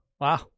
Wow